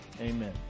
Amen